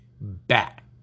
back